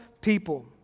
people